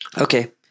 Okay